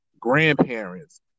grandparents